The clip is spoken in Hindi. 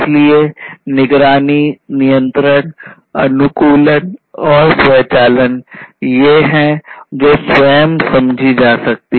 इसलिए निगरानी नियंत्रण अनुकूलन और स्वचालन य़े हैं जो स्वयं समझी जा सकती